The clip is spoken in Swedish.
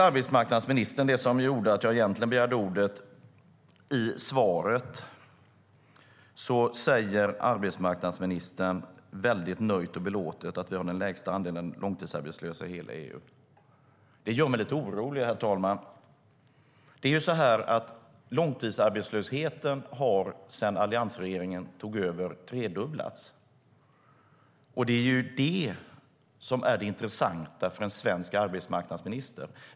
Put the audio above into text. Det som gjorde att jag begärde ordet var att arbetsmarknadsministern i svaret nöjt och belåtet säger att vi har den lägsta andelen långtidsarbetslösa i hela EU. Det gör mig lite orolig, herr talman. Långtidsarbetslösheten har tredubblats sedan alliansregeringen tog över. Det är det intressanta för en svensk arbetsmarknadsminister.